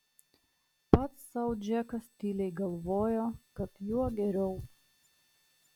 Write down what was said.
pats sau džekas tyliai galvojo kad juo geriau